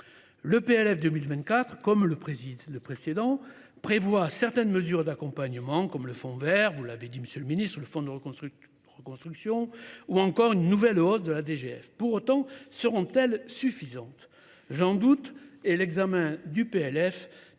Le PLF 2024, comme le précédent, prévoit certaines mesures d’accompagnement comme le fonds vert, le fonds de reconstruction ou encore une nouvelle hausse de la DGF. Pour autant, seront elles suffisantes ? J’en doute, et l’examen du PLF